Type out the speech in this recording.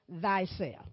thyself